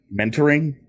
mentoring